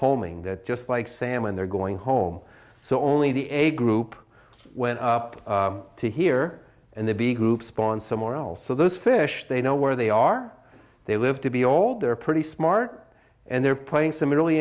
homing that just like salmon they're going home so only the a group went up to here and they be hoops upon somewhere else so those fish they know where they are they live to be old they're pretty smart and they're playing some really